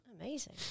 Amazing